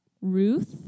Ruth